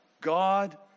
God